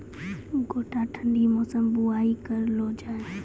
गोटा ठंडी मौसम बुवाई करऽ लो जा?